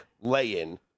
lay-in